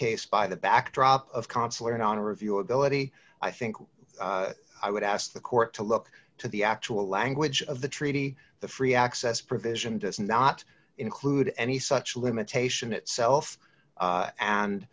case by the backdrop of consular and on review ability i think i would ask the court to look to the actual language of the treaty the free access provision does not include any such limitation itself